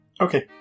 Okay